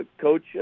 Coach